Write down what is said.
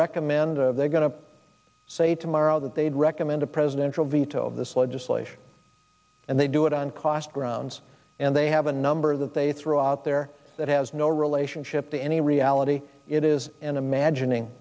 recommend they're going to say tomorrow that they'd recommend a presidential veto this legislation and they do it on cost grounds and they have a number that they throw out there that has no relationship to any reality it is an imagining